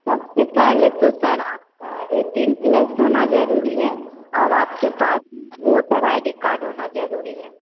सबसे पहले तो आपका एट्टीन प्लस होना जरूरी है और आपके पास वोटर आई डी कार्ड होना जरूरी है